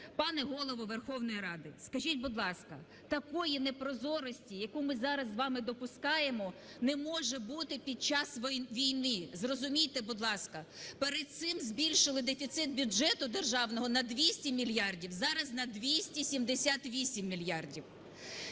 Пане Голово Верховної Ради, скажіть, будь ласка, такої непрозорості, яку ми зараз з вами допускаємо, не може бути під час війни, зрозумійте, будь ласка. Перед цим збільшили дефіцит бюджету державного на 200 мільярдів, зараз на 278 мільярдів.